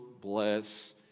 bless